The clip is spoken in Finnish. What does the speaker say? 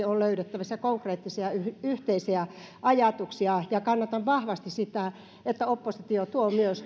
on löydettävissä konkreettisia yhteisiä ajatuksia ja kannatan vahvasti sitä että myös